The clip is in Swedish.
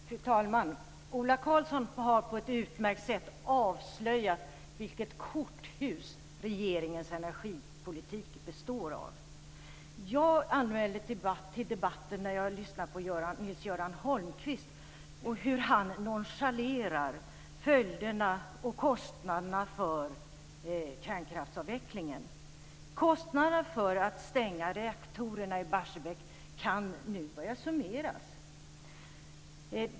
Fru talman! Ola Karlsson har på ett utmärkt sätt avslöjat vilket korthus regeringens energipolitik består av. Jag anmälde mig till debatten när jag lyssnade på Nils-Göran Holmqvist. Han nonchalerade följderna och kostnaderna för kärnkraftsavvecklingen. Kostnaderna för att stänga reaktorerna i Barsebäck kan nu börja summeras.